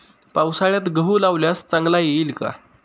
पावसाळ्यात गहू लावल्यास चांगला येईल का?